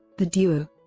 the duo,